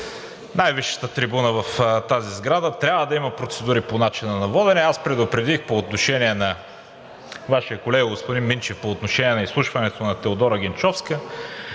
най висшата трибуна в тази сграда, трябва да има процедури по начина на водене. Аз предупредих по отношение на Вашия колега господин Минчев по отношение на изслушването на Теодора Генчовска,